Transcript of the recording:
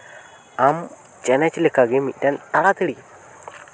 ᱟᱢ ᱪᱮᱞᱮᱧᱡᱽ ᱞᱮᱠᱟᱜᱮ ᱢᱤᱫᱴᱮᱱ ᱛᱟᱲᱟᱛᱟᱹᱲᱤ